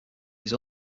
his